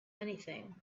anything